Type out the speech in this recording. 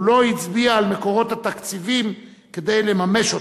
אך הוא לא הצביע על מקורות התקציבים לממש אותן,